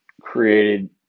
created